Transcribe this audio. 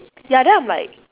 ya then I'm like